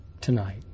tonight